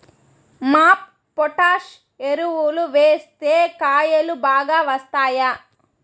MOP potash ఎరువులు వేస్తే కాయలు బాగా వస్తాయా?